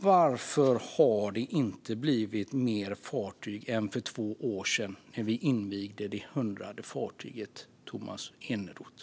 Varför har det inte blivit mer fartyg än för två år sedan när vi invigde det hundrade fartyget, Tomas Eneroth?